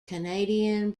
canadian